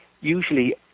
usually